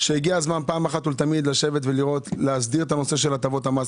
שהגיע הזמן פעם אחת ולתמיד להסדיר את הנושא של הטבות המס.